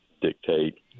dictate